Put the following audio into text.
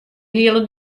hiele